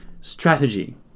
strategy